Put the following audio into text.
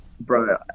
Bro